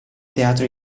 teatro